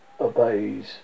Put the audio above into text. obeys